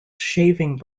shaving